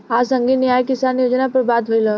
आज संघीय न्याय किसान योजना पर बात भईल ह